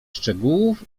szczegółów